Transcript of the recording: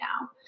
now